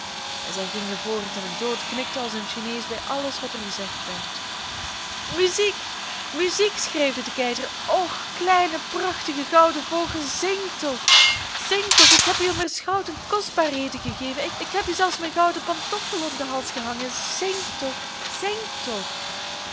en zij gingen voort en de dood knikte als een chinees bij alles wat er gezegd werd muziek muziek schreeuwde de keizer och kleine prachtige gouden vogel zing toch zing toch ik heb u immers goud en kostbaarheden gegeven ik heb u zelfs mijn gouden pantoffel om den hals gehangen zing toch zing toch